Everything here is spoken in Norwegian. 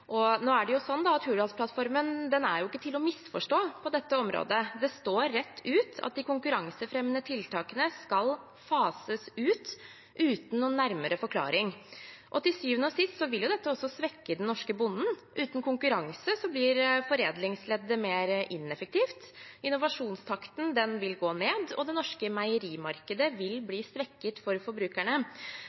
Nå er det sånn at Hurdalsplattformen ikke er til å misforstå på dette området. Det står rett ut at de konkurransefremmende tiltakene skal fases ut uten noen nærmere forklaring. Til syvende og sist vil dette også svekke den norske bonden. Uten konkurranse blir foredlingsleddet mer ineffektivt, innovasjonstakten vil gå ned, og det norske meierimarkedet vil bli svekket for forbrukerne.